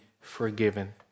forgiven